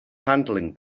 handling